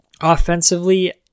Offensively